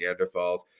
Neanderthals